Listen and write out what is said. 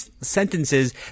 sentences